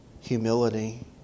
humility